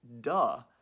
duh